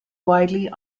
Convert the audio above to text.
widely